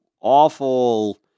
awful